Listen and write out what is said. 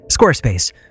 Squarespace